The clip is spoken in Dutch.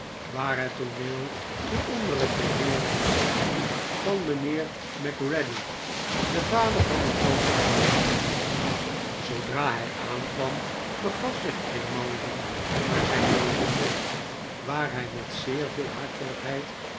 waar het tooneel toen onder het beheer was van mynheer macready de vader van den grooten treurspeler zoodra hij aankwam begaf zich grimaldi naar zijn logement waar hij met zeer veel